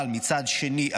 אבל מצד שני,